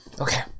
Okay